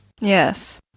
Yes